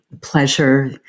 pleasure